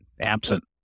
absent